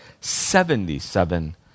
seventy-seven